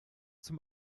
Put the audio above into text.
zum